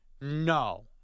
no